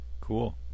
Cool